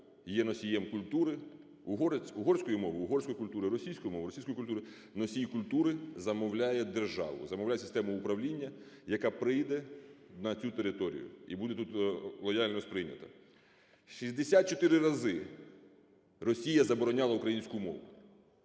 є носієм культури. Угорської мови – угорської культури, російської мови – російської культури… Носій культури замовляє державу, замовляє систему управління, яка прийде на цю територію і буде тут лояльно сприйнята. 64 рази Росія забороняла українську мову